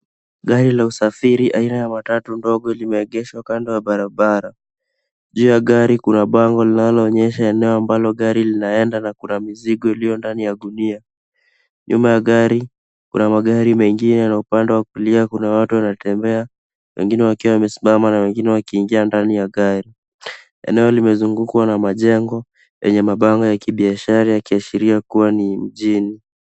Gari la usafiri aina ya matatu ndogo limeegeshwa kando ya barabara. Juu ya gari kuna bango linaloonyesha eneo ambalo gari linaenda na kuna mizigo iliyo ndani ya gunia. Nyuma ya gari kuna magari mengine na upande wa kulia kuna watu wanatembea, wengine wakiwa wamesimama na wengine wakiingia ndani ya gari. Eneo limezungukwa na majengo yenye mabango ya kibiashara yakiashiria kuwa ni mjini.